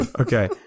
okay